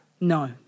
No